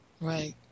Right